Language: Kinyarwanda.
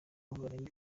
barenga